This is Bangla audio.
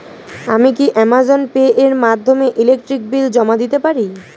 আমি কি অ্যামাজন পে এর মাধ্যমে ইলেকট্রিক বিল জমা দিতে পারি?